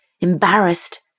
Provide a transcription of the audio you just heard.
embarrassed